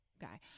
guy